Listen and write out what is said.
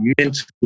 mental